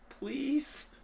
Please